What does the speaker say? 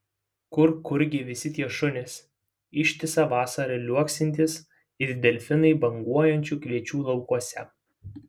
kur kurgi visi tie šunys ištisą vasarą liuoksintys it delfinai banguojančių kviečių laukuose